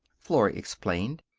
flora explained.